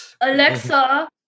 Alexa